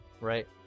right